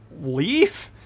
leave